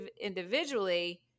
individually